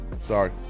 Sorry